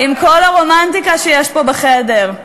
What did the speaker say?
עם כל הרומנטיקה שיש פה בחדר,